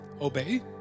obey